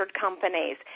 companies